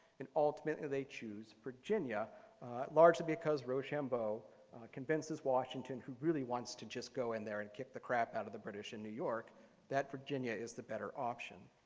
and ultimately they choose virginia largely because rochambeau convinces washington who really wants to just go in there and get the crap out of the british in new york that virginia is the better option.